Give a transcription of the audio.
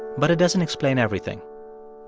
but it doesn't explain everything.